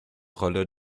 rolle